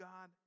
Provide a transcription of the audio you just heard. God